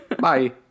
Bye